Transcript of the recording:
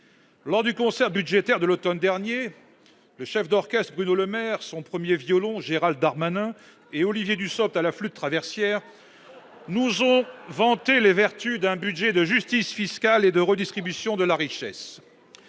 Lors du concert budgétaire de l'automne dernier, le chef d'orchestre, Bruno Le Maire, son premier violon, Gérald Darmanin, et Olivier Dussopt, à la flûte traversière, nous ont vanté les vertus d'un budget de justice fiscale et de redistribution de la richesse.